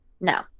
No